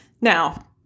Now